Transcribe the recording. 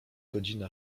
godzina